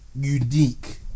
unique